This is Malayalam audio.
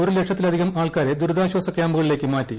ഒരു ലക്ഷത്തിലധികം ആൾക്കാരെ ദുരിതാശ്ചാസ ക്യാമ്പുകളിലേക്ക് മാറ്റി